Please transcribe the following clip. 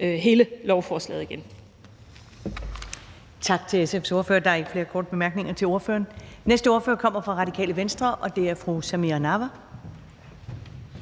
hele lovforslaget igen.